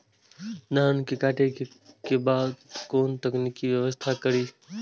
धान के काटे के बाद कोन तकनीकी व्यवस्था करी?